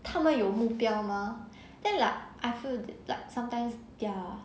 他们有目标 mah then like I feel like sometimes their